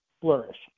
flourish